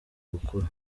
gukura